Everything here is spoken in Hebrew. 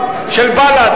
בל"ד,